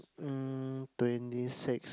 mm twenty six